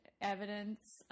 evidence